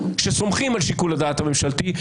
סומכים על שיקול הדעת הממשלתי,